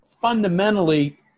fundamentally